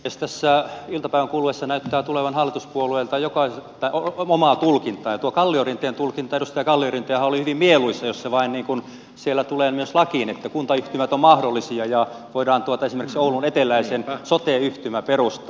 tässä iltapäivän kuluessa näyttää tulevan jokaiselta hallituspuolueelta omaa tulkintaa ja tuo edustaja kalliorinteen tulkintahan oli hyvin mieluisa jos se vain tulee myös lakiin että kuntayhtymät ovat mahdollisia ja voidaan esimerkiksi oulun eteläiseen sote yhtymä perustaa